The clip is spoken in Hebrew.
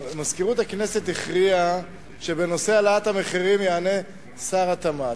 מזכירות הכנסת הכריעה שבנושא העלאת המחירים יענה שר התמ"ת.